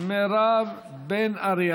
מירב בן ארי.